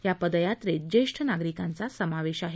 या पदयात्रेत ज्येष्ठ नागरिकांचा समावेश आहे